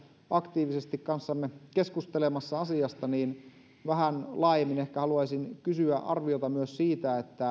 aktiivisesti kanssamme keskustelemassa asiasta niin vähän laajemmin ehkä haluaisin kysyä arviota siitä